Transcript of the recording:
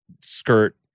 skirt